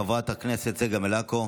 חברת הכנסת צגה מלקו.